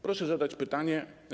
Proszę zadać pytanie.